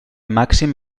màxim